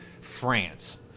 France